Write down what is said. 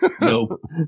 Nope